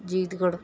جیت گڑھ